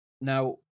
Now